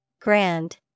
Grand